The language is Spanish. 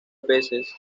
peces